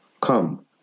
come